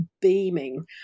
beaming